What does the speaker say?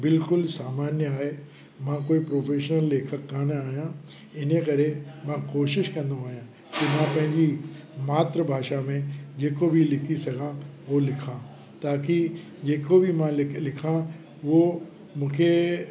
बिल्कुलु सामान्य आहे मां कोई प्रोफेशनल लेखक कोन आहियां इन करे मां कोशिश कंदो आहियां कि मां पंहिंजी मात्र भाषा में जेको बि लिखी सघां हू लिखां ताकी जेको बि मां लिखां उहो मूंखे